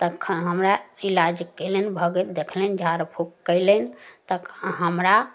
तखन हमरा इलाज कएलनि भगत देखलनि झाड़ फूक कएलनि तऽ हमरा